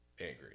angry